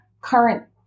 current